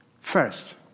First